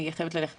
אני חייבת ללכת.